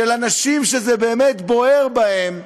של אנשים שזה באמת בוער בהם.